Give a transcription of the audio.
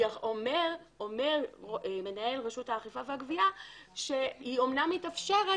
אומר מנהל רשות האכיפה והגבייה שהיא אמנם מתאפשרת,